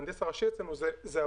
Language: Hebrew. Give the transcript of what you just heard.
אתייחס.